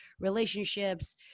relationships